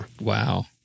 Wow